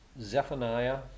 Zephaniah